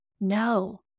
No